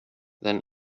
than